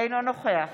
אינו נוכח